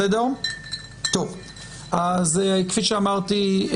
אז כפי שאמרתי,